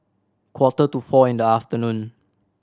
quarter to four in the afternoon